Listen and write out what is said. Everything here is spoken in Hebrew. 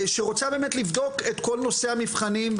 שרוצה לבדוק את כל נושא המבחנים.